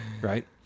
Right